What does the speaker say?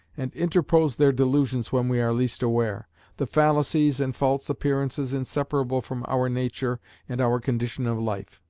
and interpose their delusions when we are least aware the fallacies and false appearances inseparable from our nature and our condition of life.